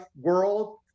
world